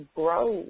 grow